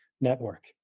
network